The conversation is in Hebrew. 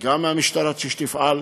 גם מהמשטרה שתפעל,